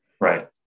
Right